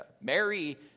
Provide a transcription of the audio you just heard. Mary